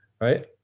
right